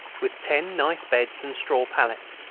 with ten nice beds and straw pallets.